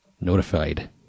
notified